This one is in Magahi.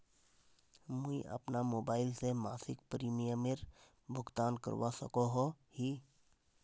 मुई अपना मोबाईल से मासिक प्रीमियमेर भुगतान करवा सकोहो ही?